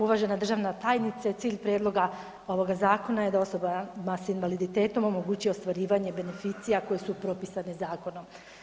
Uvažena državna tajnice, cilj prijedloga ovoga zakona je da osobama s invaliditetom omogući ostvarivanje beneficija koji su propisane zakonom.